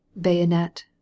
Bayonet